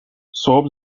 صبح